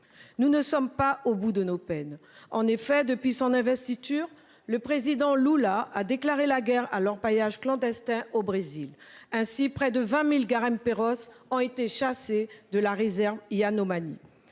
Nous ne sommes pas au bout de nos peines. En effet, depuis son investiture, le président Lula, a déclaré la guerre à l'orpaillage clandestin au Brésil ainsi près de 20.000 garimpeiros ont été chassés de la réserve Yanomami.